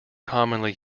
commonly